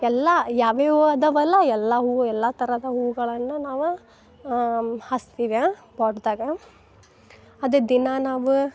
ಎಲ್ಲ ಯಾವ ಯಾವ ಹೂ ಅದವಲ್ಲ ಎಲ್ಲ ಹೂವು ಎಲ್ಲಾ ಥರದ ಹೂಗಳನ್ನ ನಾವು ಹಚ್ತೀವಿ ಪಾಟ್ದಾಗ ಅದೇ ದಿನ ನಾವು